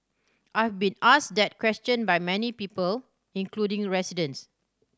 I've been asked that question by many people including residents